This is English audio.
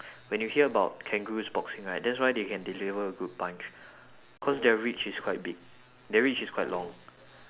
when you hear about kangaroos boxing right that's why they can deliver a good punch cause their reach is quite big their reach is quite long